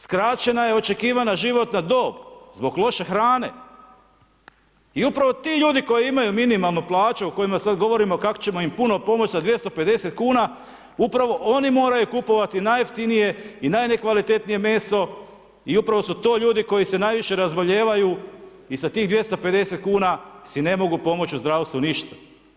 Skraćena je očekivana životna dob zbog loše hrane i upravo ti ljudi koji imaju minimalnu plaću o kojima sada govorimo kako ćemo im puno pomoći sa 250 kuna upravo oni moraju kupovati najjeftinije i najnekvalitetnije meso i upravo su to ljudi koji se najviše razboljevaju i sa tih 250 kuna si ne mogu pomoći u zdravstvu ništa.